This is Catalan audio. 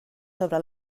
sobre